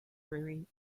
rearing